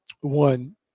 One